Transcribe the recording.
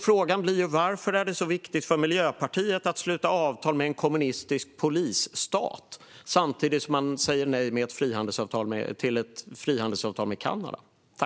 Frågan är därför varför det är så viktigt för Miljöpartiet att sluta avtal med en kommunistisk polisstat samtidigt som man säger nej till ett frihandelsavtal med Kanada.